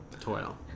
toil